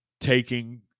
taking